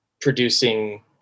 producing